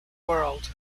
world